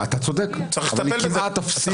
אתה צודק, אבל היא כמעט אפסית.